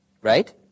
Right